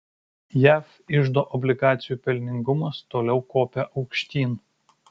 jav iždo obligacijų pelningumas toliau kopia aukštyn